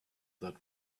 that